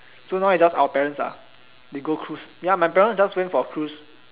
so now it's just our parents ah they go cruise ya my parents just went for cruise